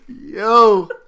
Yo